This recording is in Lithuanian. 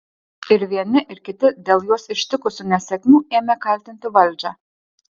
ir vieni ir kiti dėl juos ištikusių nesėkmių ėmė kaltinti valdžią